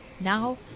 Now